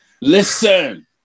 Listen